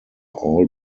all